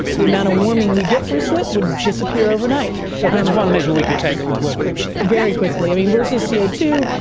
the amount of warming we get from soot would disappear overnight. so that's one measure we could take that would work quickly. very quickly. i mean, versus co so two,